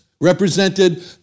represented